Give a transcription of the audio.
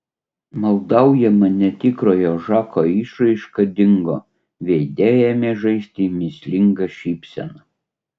maldaujama netikrojo žako išraiška dingo veide ėmė žaisti mįslinga šypsena